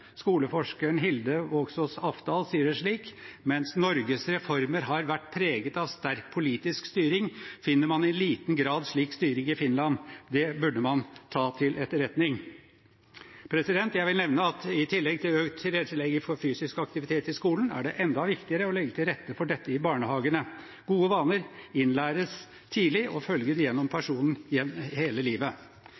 Skoleforskeren Hilde Wågsås Afdal sier det slik: Mens Norges reformer har vært preget av sterk politisk styring, finner man i liten grad slik styring i Finland. Det burde man ta til etterretning. Jeg vil nevne at i tillegg til økt tilrettelegging for fysisk aktivitet i skolen, er det enda viktigere å legge til rette for dette i barnehagene. Gode vaner innlæres tidlig og følger personen gjennom